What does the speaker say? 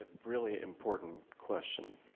ah really important question.